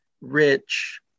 rich